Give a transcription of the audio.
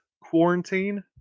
quarantine